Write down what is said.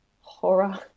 horror